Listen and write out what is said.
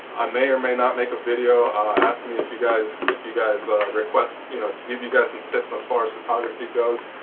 i may or may not make a video ask me if you guys if you guys request you know to give you guys some tips as far as photography goes.